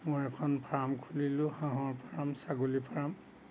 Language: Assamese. মই এখন ফাৰ্ম খুলিলোঁ হাঁহৰ ফাৰ্ম ছাগলী ফাৰ্ম